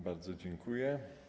Bardzo dziękuję.